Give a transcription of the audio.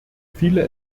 viele